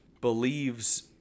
believes